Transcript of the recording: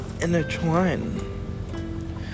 intertwine